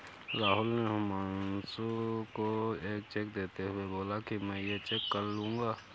राहुल ने हुमांशु को एक चेक देते हुए बोला कि मैं ये चेक कल लूँगा